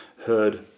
heard